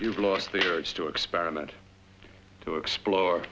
you've lost the urge to experiment to explore